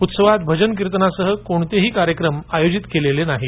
उत्सवात भजन कीर्तनासह कोणतेही कार्यक्रम आयोजित केलेले नाहीत